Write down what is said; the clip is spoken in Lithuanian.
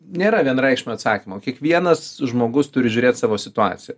nėra vienareikšmio atsakymo kiekvienas žmogus turi žiūrėt savo situaciją